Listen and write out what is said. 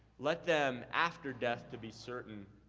let them, after death, to be certain,